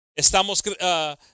Estamos